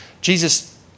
Jesus